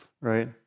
right